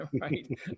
right